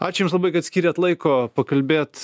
ačiū jums labai kad skyrėte laiko pakalbėt